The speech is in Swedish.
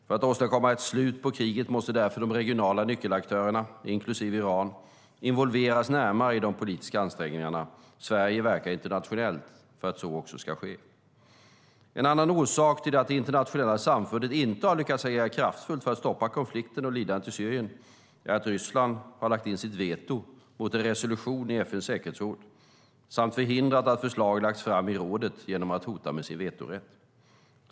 För att åstadkomma ett slut på kriget måste därför de regionala nyckelaktörerna, inklusive Iran, involveras närmare i de politiska ansträngningarna. Sverige verkar internationellt för att så också ska ske. En annan orsak till att det internationella samfundet inte har lyckats agera kraftfullt för att stoppa konflikten och lidandet i Syrien är att Ryssland har lagt in sitt veto mot en resolution i FN:s säkerhetsråd samt förhindrat att förslag lagts fram i rådet genom att hota med sin vetorätt.